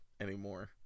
anymore